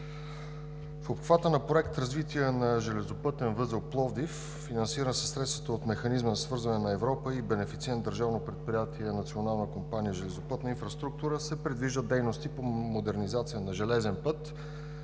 в обхвата на Проекта „Развитие на железопътен възел – Пловдив“, финансиран със средствата от механизма на свързване на Европа и бенефициент Държавно предприятие Национална компания „Железопътна инфраструктура“, се предвиждат дейности по модернизация на железен път,